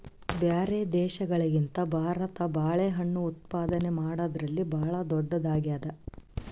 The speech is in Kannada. ಬ್ಯಾರೆ ದೇಶಗಳಿಗಿಂತ ಭಾರತ ಬಾಳೆಹಣ್ಣು ಉತ್ಪಾದನೆ ಮಾಡದ್ರಲ್ಲಿ ಭಾಳ್ ಧೊಡ್ಡದಾಗ್ಯಾದ